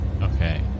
Okay